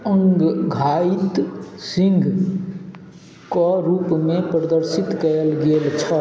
औङ्घाइत सिङ्घके रूपमे प्रदर्शित कयल गेल छल